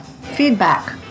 Feedback